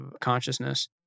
consciousness